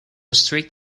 strict